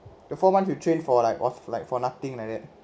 the four months you train for like what for like for nothing like that